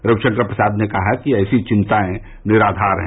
रविशंकर प्रसाद ने कहा कि ऐसी चिंताएं निराधार हैं